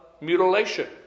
mutilation